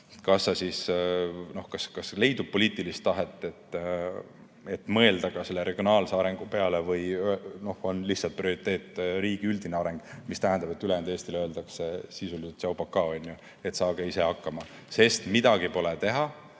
tahte küsimus, kas leidub poliitilist tahet, et mõelda ka selle regionaalse arengu peale, või on lihtsalt prioriteet riigi üldine areng, mis tähendab, et ülejäänud Eestile öeldakse sisuliselt: tšau-pakaa, saage ise hakkama! Sest midagi pole teha